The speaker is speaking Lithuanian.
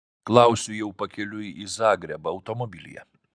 klausiu jau pakeliui į zagrebą automobilyje